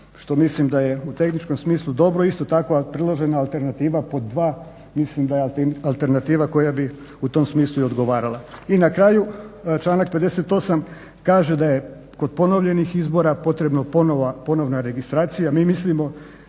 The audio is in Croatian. što mislim da je u tehničkom smislu dobro. Isto tako priložena alternativa pod dva mislim da je alternativa koja bi u tom smislu i odgovarala. I na kraju članak 58. kaže da je kod ponovljenih izbora potrebna ponovna registracija. Mi mislimo